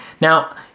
now